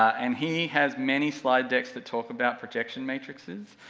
and he has many slide decks that talk about projection matrixes,